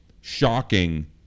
shocking